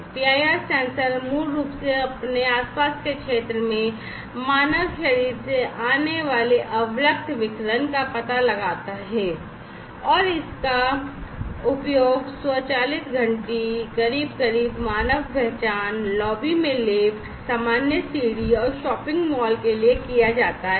PIR sensor मूल रूप से अपने आसपास के क्षेत्र में मानव शरीर से आने वाले अवरक्त विकिरण का पता लगाता है इसका उपयोग स्वचालित घंटी करीब करीब मानव पहचान लॉबी में लिफ्ट सामान्य सीढ़ी और शॉपिंग मॉल के लिए किया जाता है